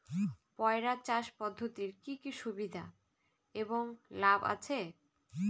পয়রা চাষ পদ্ধতির কি কি সুবিধা এবং লাভ আছে?